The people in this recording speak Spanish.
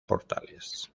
portales